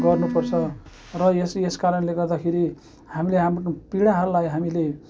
गर्नुपर्छ र यस यस कारणले गर्दाखेरि हामीले हाम्रो पिँढीहरूलाई हामीले